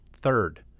Third